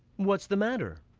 what's the matter?